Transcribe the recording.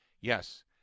Yes